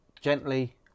gently